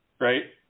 Right